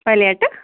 پَلیٹہٕ